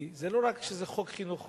כי לא רק שזה חוק חינוך חובה,